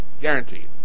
Guaranteed